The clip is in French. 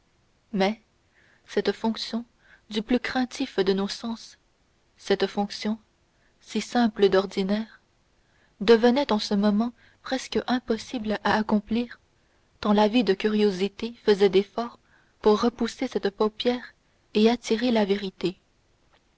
mais cette fonction du plus craintif de nos sens cette fonction si simple d'ordinaire devenait en ce moment presque impossible à accomplir tant l'avide curiosité faisait d'efforts pour repousser cette paupière et attirer la vérité